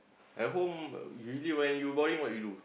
at home you usually when you boring what you do